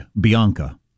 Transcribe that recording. Bianca